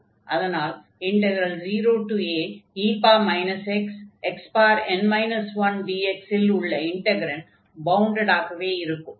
அதனால் 0ae xxn 1dx இல் உள்ள இன்டக்ரன்ட் பவுண்டடாக இருக்கும்